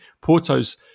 Porto's